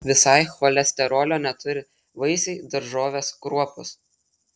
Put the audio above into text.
visai cholesterolio neturi vaisiai daržovės kruopos